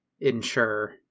ensure